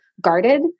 guarded